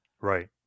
Right